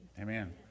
Amen